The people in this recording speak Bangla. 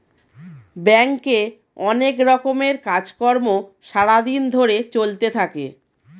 ব্যাংকে অনেক রকমের কাজ কর্ম সারা দিন ধরে চলতে থাকে